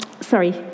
Sorry